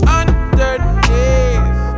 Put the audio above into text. underneath